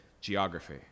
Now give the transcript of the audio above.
geography